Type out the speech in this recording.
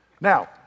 Now